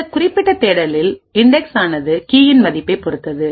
இந்த குறிப்பிட்ட தேடலில் இன்டெக்ஸ் ஆனது கீயின் மதிப்பைப் பொறுத்தது